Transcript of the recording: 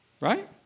Right